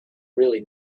really